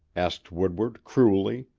asked woodward cruelly.